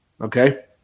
Okay